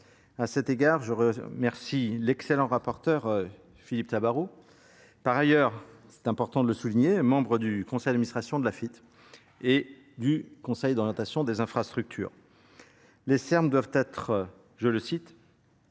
à cet égard. je remercie l'excellent rapporteur, Philippe Tabou. Par, ailleurs, il est important de le souligner membre du conseil d'administration de la I T et du conseil Conseil d'orientation des infrastructures. Les Serbes doivent être, je le cite,